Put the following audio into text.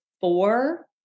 four